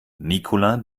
nicola